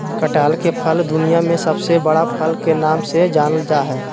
कटहल के फल दुनिया में सबसे बड़ा फल के नाम से जानल जा हइ